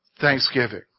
Thanksgiving